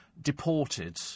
deported